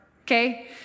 okay